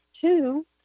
Two